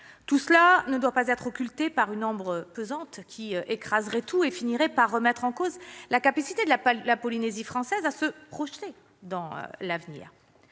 Tout cela ne doit pas être occulté par une ombre pesante qui écraserait tout et finirait par remettre en cause la capacité de la Polynésie française à se projeter dans l'avenir.